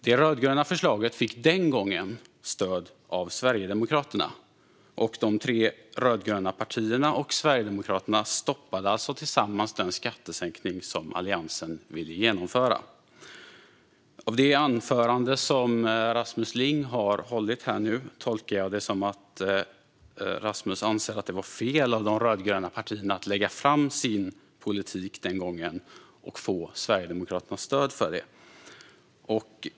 Det rödgröna förslaget fick den gången stöd av Sverigedemokraterna. De tre rödgröna partierna och Sverigedemokraterna stoppade alltså tillsammans den skattesänkning som Alliansen ville genomföra. Jag tolkar det anförande som Rasmus Ling nu har hållit som att han anser att det var fel av de rödgröna partierna att lägga fram sin politik den gången och att få Sverigedemokraternas stöd för den.